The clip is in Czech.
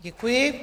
Děkuji.